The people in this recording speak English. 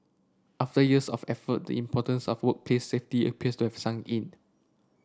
after years of effort importance of workplace safety appears to have sunk in